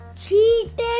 cheated